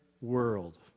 world